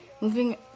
Moving